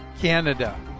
Canada